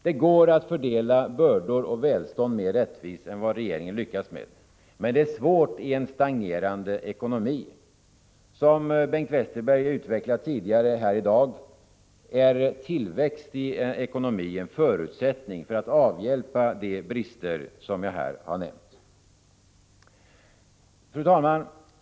Det går att fördela bördor och välstånd mer rättvist än vad regeringen lyckats med. Men det är svårt i en stagnerande ekonomi. Som Bengt Westerberg utvecklat tidigare i dag är tillväxt i ekonomin en förutsättning för att avhjälpa de brister som jag här har nämnt. Fru talman!